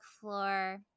floor –